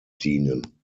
dienen